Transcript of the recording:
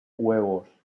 huevos